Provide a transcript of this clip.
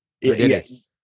Yes